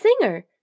singer